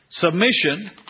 submission